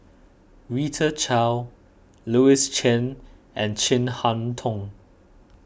Rita Chao Louis Chen and Chin Harn Tong